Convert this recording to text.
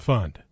Fund